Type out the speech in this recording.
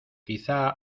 quizá